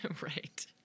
Right